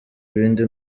ibindi